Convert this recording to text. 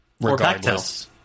regardless